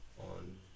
on